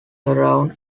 around